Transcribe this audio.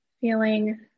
Feeling